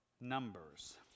Numbers